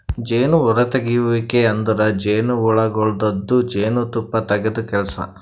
ಜೇನು ಹೊರತೆಗೆಯುವಿಕೆ ಅಂದುರ್ ಜೇನುಹುಳಗೊಳ್ದಾಂದು ಜೇನು ತುಪ್ಪ ತೆಗೆದ್ ಕೆಲಸ